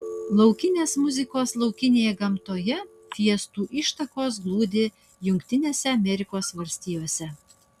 laukinės muzikos laukinėje gamtoje fiestų ištakos glūdi jav